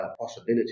possibility